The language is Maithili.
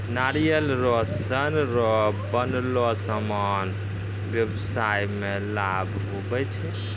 नारियल रो सन रो बनलो समान व्याबसाय मे लाभ हुवै छै